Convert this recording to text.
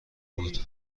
بود